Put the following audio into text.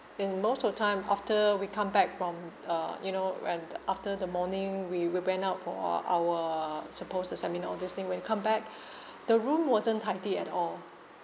and most of the time after we come back from uh you know when the after the morning we we went out for our supposed the seminar all this thing when come back the room wasn't tidy at all